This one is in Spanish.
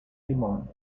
limón